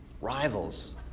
rivals